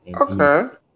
Okay